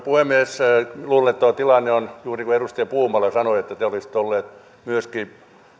puhemies luulen että tuo tilanne on juuri niin kuin edustaja puumala sanoi että te olisitte olleet myöskin